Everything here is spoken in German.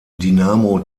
dinamo